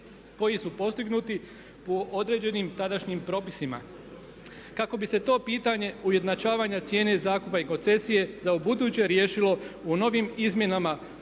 koji su postignuti po određenim tadašnjim propisima. Kako bi se to pitanje ujednačavanje cijene zakupa i koncesije za ubuduće riješilo u novim izmjenama